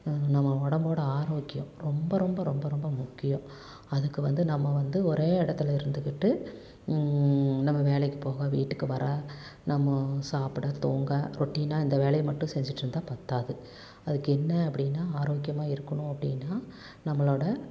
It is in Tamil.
நம்ம உடம்போட ஆரோக்கியம் ரொம்ப ரொம்ப ரொம்ப ரொம்ப முக்கியம் அதுக்கு வந்து நம்ம வந்து ஒரே இடத்துல இருந்துக்கிட்டு நம்ம வேலைக்கு போக வீட்டுக்கு வர நம்ம சாப்பிட தூங்க ரொட்டீனாக இந்த வேலையை மட்டும் செஞ்சுட்டு இருந்தால் பற்றாது அதுக்கு என்ன அப்படினா ஆரோக்கியமாக இருக்கணும் அப்படினா நம்மளோட